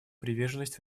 приверженность